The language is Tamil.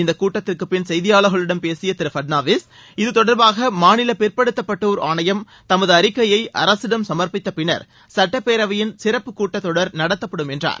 இந்த கூட்டத்திற்கு பின் செய்தியாளர்களிடம் பேசிய திரு பட்னாவிஸ் இது தொடர்பாக மாநில பிற்படுத்தப்பட்டோர் ஆணையம் தமது அறிக்கையை அரசிடம் சம்ப்பித்த பின்னர் சட்டப்பேரவையின் சிறப்பு கூட்டத்தொடர் நடத்தப்படும் என்றார்